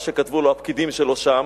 מה שכתבו לו הפקידים שלו שם,